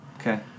Okay